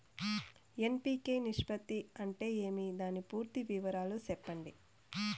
NPK నిష్పత్తి అంటే ఏమి దాని పూర్తి వివరాలు సెప్పండి?